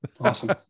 Awesome